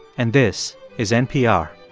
and this is npr